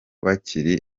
bakiri